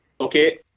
Okay